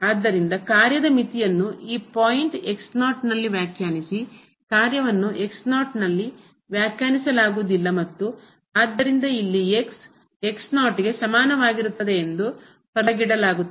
ಆದ್ದರಿಂದ ಕಾರ್ಯದ ಮಿತಿಯನ್ನು ಈ ಪಾಯಿಂಟ್ ನಲ್ಲಿ ವ್ಯಾಖ್ಯಾನಿಸಿ ಕಾರ್ಯವನ್ನು ನಲ್ಲಿ ವ್ಯಾಖ್ಯಾನಿಸಲಾಗುವುದಿಲ್ಲ ಮತ್ತು ಆದ್ದರಿಂದ ಇಲ್ಲಿ ಗೆ ಸಮಾನವಾಗಿರುತ್ತದೆ ಎಂದು ಹೊರಗಿಡಲಾಗುತ್ತದೆ